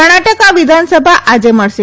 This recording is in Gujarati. કર્ણાટકા વિધાનસભા આજે મળશે